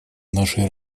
нашей